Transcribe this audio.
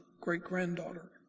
great-granddaughter